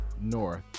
North